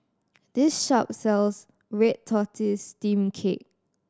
this shop sells red tortoise steamed cake